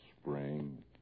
spring